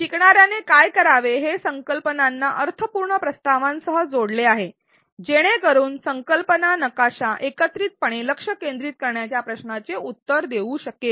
शिकणार्याने काय करावे हे संकल्पनांना अर्थपूर्ण प्रस्तावांसह जोडले आहे जेणेकरून संकल्पना नकाशा एकत्रितपणे लक्ष केंद्रित करण्याच्या प्रश्नाचे उत्तर देऊ शकेल